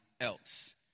else